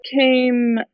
came